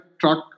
truck